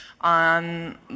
on